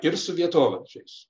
ir su vietovardžiais